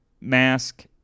mask